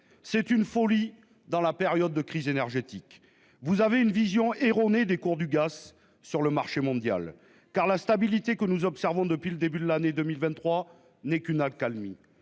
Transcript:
c'est une folie dans la période de crise énergétique. Vous avez une vision erronée des cours du gaz sur le marché mondial. Car la stabilité que nous observons depuis le début de l'année 2023 n'est qu'une accalmie,